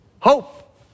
Hope